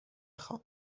خوام